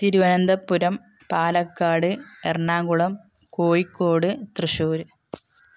Thiruvananthapuram Palakkad Ernakulam Kozhikode Thrissur